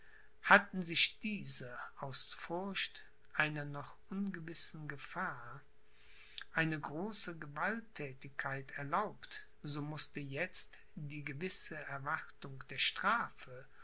hatten sich diese aus furcht einer noch ungewissen gefahr eine solche gewalttätigkeit erlaubt so mußte jetzt die gewisse erwartung der strafe